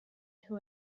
who